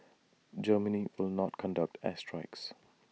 Germany will not conduct air strikes